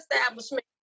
establishment